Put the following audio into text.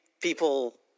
people